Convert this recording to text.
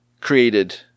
created